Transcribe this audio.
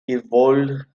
evolved